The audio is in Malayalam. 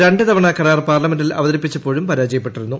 രണ്ട് തവണ കരാർ പാർലമെന്റിൽ അവതരിപ്പിച്ചപ്പോഴും പരാജയപ്പെട്ടിരുന്നു